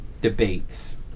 debates